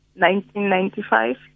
1995